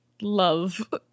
love